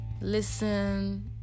listen